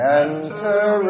enter